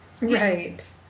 Right